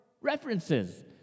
references